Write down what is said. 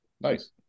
nice